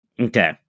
Okay